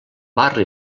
barri